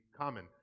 common